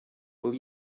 will